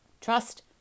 trust